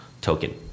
token